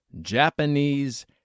Japanese